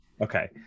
okay